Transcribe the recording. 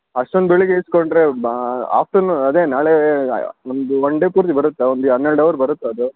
ಅಷ್ಟೊಂದು ಬೆಳಗ್ಗೆ ಇಸ್ಕೊಂಡರೆ ಬಾ ಆಫ್ಟರ್ನೂನ್ ಅದೇ ನಾಳೆ ಒಂದು ಒನ್ ಡೇ ಪೂರ್ತಿ ಬರುತ್ತಾ ಒಂದು ಹನ್ನೆರಡು ಅವರ್ ಬರುತ್ತಾ ಅದು